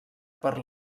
per